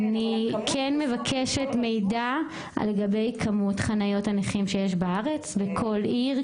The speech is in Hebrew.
אני כן מבקשת מידע לגבי כמות חניות הנכים שיש בארץ בכל עיר,